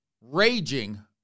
raging